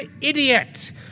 idiot